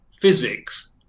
physics